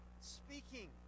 speaking